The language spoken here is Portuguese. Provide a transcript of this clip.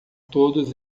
todos